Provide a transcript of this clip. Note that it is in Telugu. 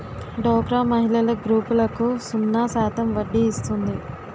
డోక్రా మహిళల గ్రూపులకు సున్నా శాతం వడ్డీ ఇస్తుంది